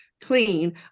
clean